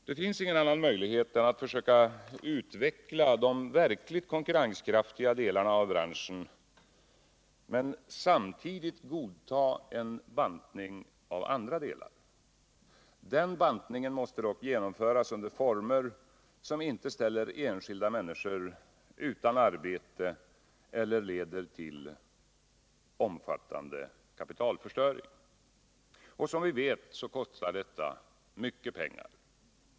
Där finns ingen annan möjlighet än att försöka utveckla de verkligt konkurrenskraftiga delarna av branschen men samtidigt godta en bantning av andra delar. Den bantningen måste dock genomföras i former som inte ställer enskilda människor utan arbete eller leder till omfattande kapitalförstöring. Som vi vet kostar detta mycket pengar.